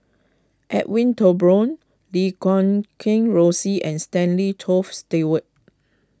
Edwin Thumboo Lim Guat Kheng Rosie and Stanley Toft Stewart